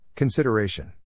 Consideration